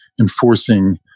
enforcing